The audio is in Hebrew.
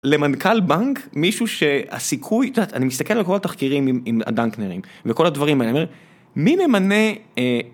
למנכ״ל בנק מישהו שהסיכוי, את יודעת, אני מסתכל על כל התחקירים עם הדנקנרים וכל הדברים אני אומר מי ממנה.